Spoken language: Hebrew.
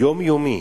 היומיומי,